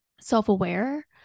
self-aware